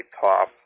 top